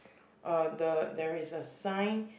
uh the there is a sign